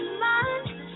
mind